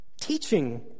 Teaching